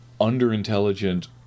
underintelligent